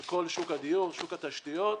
על כל שוק הדיור, שוק התשתיות,